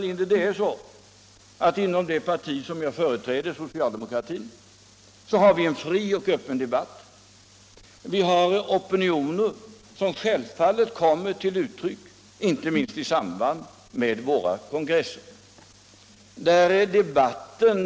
Men det är så, herr Burenstam Linder, att vi inom socialdemokratin har en fri och öppen debatt. Vi har opinioner som självfallet inte minst kommer till uttryck i samband med våra kongresser.